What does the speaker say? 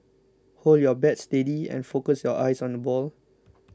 hold your bat steady and focus your eyes on the ball